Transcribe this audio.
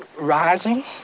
Rising